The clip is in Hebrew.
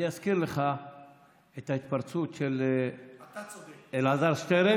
אני אזכיר לך את ההתפרצות של אלעזר שטרן